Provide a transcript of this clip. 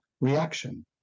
reaction